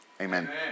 Amen